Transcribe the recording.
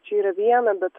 čia yra viena bet